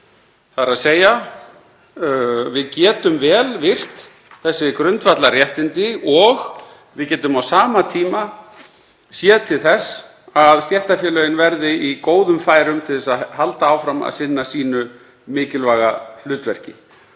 í senn, þ.e. við getum vel virt þessi grundvallarréttindi og á sama tíma séð til þess að stéttarfélögin verði í góðum færum til að halda áfram að sinna sínu mikilvæga hlutverki,